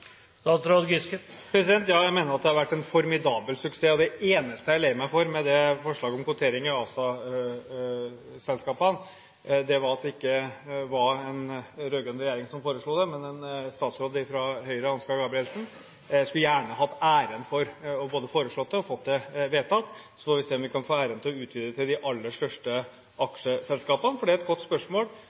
Ja, jeg mener at det har vært en formidabel suksess. Det eneste jeg er lei meg for når det gjelder forslaget om kvotering i ASA-selskapene, er at det ikke var en rød-grønn regjering som foreslo dette, men en statsråd fra Høyre, Ansgar Gabrielsen. Jeg skulle gjerne hatt æren for både å ha foreslått det og fått det vedtatt. Så får vi se om vi kan få æren av å utvide dette til å gjelde for de aller største aksjeselskapene. Et godt spørsmål er: